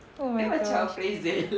oh my gosh